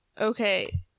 Okay